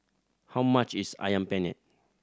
how much is Ayam Penyet